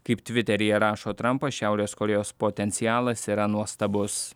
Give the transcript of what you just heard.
kaip tviteryje rašo trampas šiaurės korėjos potencialas yra nuostabus